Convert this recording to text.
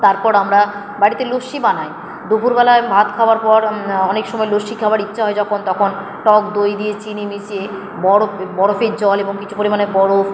তারপর আমরা বাড়িতে লস্যি বানাই দুপুরবেলায় ভাত খাওয়ার পর অনেক সময় লস্যি খাওয়ার ইচ্ছা হয় যখন তখন টক দই দিয়ে চিনি মিশিয়ে বরফ বরফের জল এবং কিছু পরিমাণে বরফ